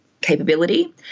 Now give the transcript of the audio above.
capability